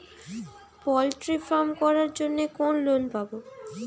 Poultry farm করার জন্য কোন লোন পাব?